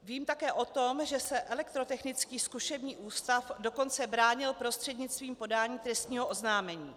Vím také o tom, že se Elektrotechnický zkušební ústav dokonce bránil prostřednictvím podání trestního oznámení.